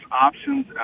options